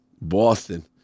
Boston